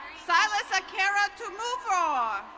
silas ocarra tomuvrar.